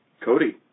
Cody